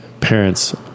parents